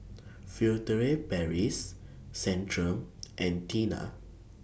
Furtere Paris Centrum and Tena